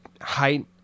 height